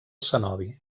cenobi